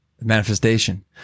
Manifestation